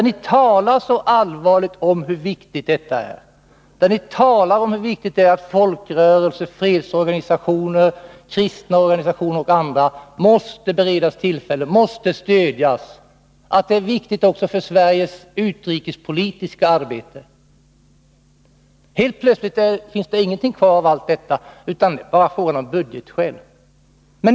Ni talar där så allvarligt om hur viktigt det är att folkrörelser, fredsorganisationer, kristna organisationer och andra får stöd i sina ansträngningar och att det är viktigt också för Sveriges utrikespolitiska arbete. 35 Helt plötsligt finns det ingenting kvar av allt detta. Nu talar ni bara om budgetmässiga aspekter.